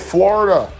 Florida